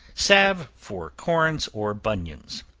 salve for corns, or bunions.